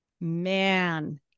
man